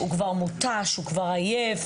הוא כבר מותש, הוא כבר עייף.